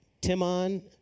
Timon